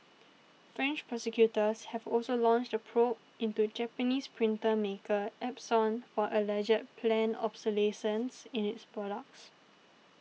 French prosecutors have also launched a probe into Japanese printer maker Epson for alleged planned obsolescence in its products